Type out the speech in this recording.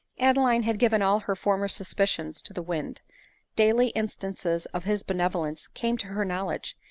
adeline had given all her former suspicions to the wind daily instances of his benevolence came to her knowledge,